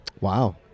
Wow